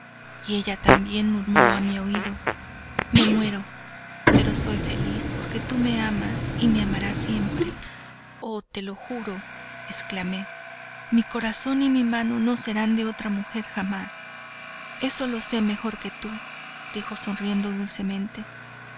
y ella también murmuró a mi oído me muero pero soy feliz porque tú me amas y me amarás siempre oh te lo juro exclamé mi corazón y mi mano no serán de otra mujer jamás eso lo sé mejor que tú dijo sonriendo dulcemente